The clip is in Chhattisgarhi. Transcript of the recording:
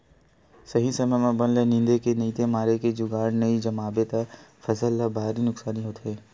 सही समे म बन ल निंदे के नइते मारे के जुगाड़ नइ जमाबे त फसल ल भारी नुकसानी होथे